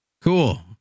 Cool